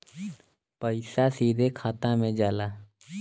पइसा सीधे खाता में जाला